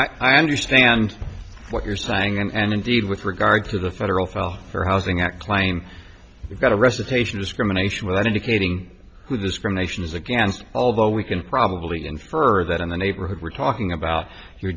here i understand what you're saying and indeed with regard to the federal file for housing act claim we've got a recitation discrimination without indicating who discrimination is against although we can probably infer that in the neighborhood we're talking about you're